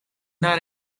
not